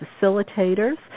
facilitators